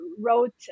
wrote